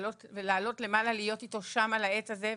ולעלות למעלה להיות איתו שם על העץ הזה.